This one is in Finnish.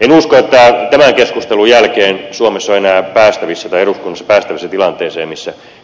en usko että tämän keskustelun jälkeen suomessa on enää päästävissä eduskunnassa päästävissä tilanteeseen